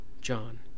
John